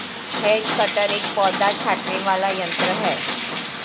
has cutter एक पौधा छाँटने वाला यन्त्र है